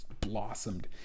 blossomed